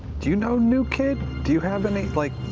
do you know new kid? do you have any like,